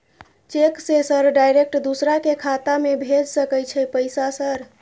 Cheque से sir direct दूसरा के खाता में भेज सके छै पैसा सर?